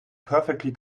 perfectly